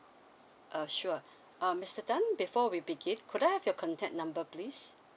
uh sure um mister tan before we begin could I have your contact number please